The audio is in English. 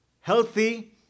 healthy